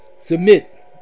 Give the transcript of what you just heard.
Submit